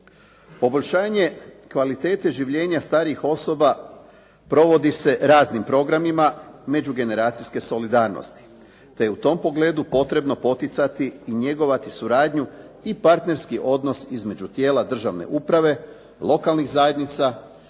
Poboljšanje kvalitete življenja starijih osoba provodi se raznim programima međugeneracijske solidarnosti, te je u tom pogledu potrebno poticati i njegovati suradnju i partnerski odnos između tijela državne uprave, lokalnih zajednica,